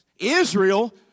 Israel